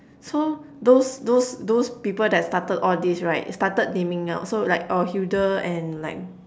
so those those those people that started all this right started naming out so like oh Hilda and like